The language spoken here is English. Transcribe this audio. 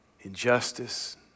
injustice